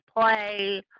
play